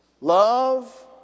Love